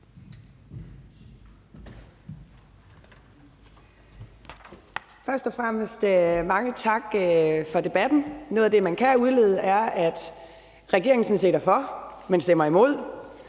Først og fremmest mange tak for debatten. Noget af det, man kan udlede, er, at regeringen sådan set er for, men stemmer imod.